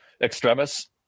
Extremis